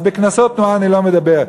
אז בקנסות אני לא מדבר.